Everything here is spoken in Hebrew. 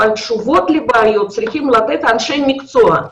אבל את התשובות לבעיות צריכים לתת אנשי מקצוע.